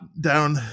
down